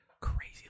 crazy